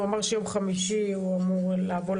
הוא אמר שביום חמישי הוא אמור לבוא,